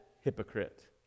hypocrite